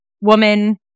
woman